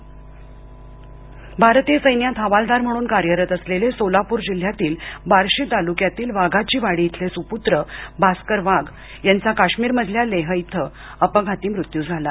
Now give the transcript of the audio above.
सुपुत्र भारतीय सैन्यात हवालदार म्हणून कार्यरत असलेले सोलापूर जिल्ह्यातील बार्शी तालुक्यातील वाघाचीवाडी इथले सुपूत्र भास्कर वाघ यांचा काश्मीरमधल्या लेह इथं अपघाती मृत्यू झाला